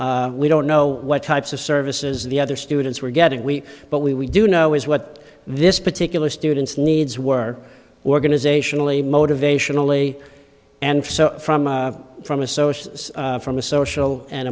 school we don't know what types of services the other students were getting we but we we do know is what this particular student's needs were organizationally motivationally and so from a from a social from a social and